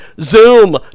Zoom